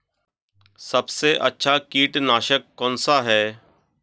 सबसे अच्छा कीटनाशक कौनसा है?